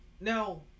Now